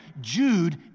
Jude